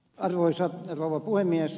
arvoisa rouva puhemies